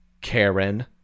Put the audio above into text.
Karen